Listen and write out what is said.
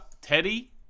Teddy